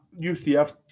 UCF